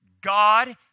God